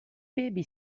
baby